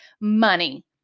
money